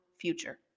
future